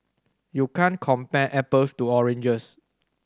you can't compare apples to oranges